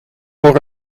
voor